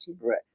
Right